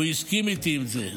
הוא הסכים איתי על זה.